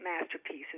masterpieces